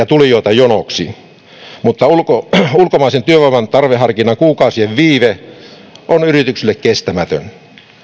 tulijoita jonoksi mutta ulkomaisen työvoiman tarveharkinnan kuukausien viive on yrityksille kestämätön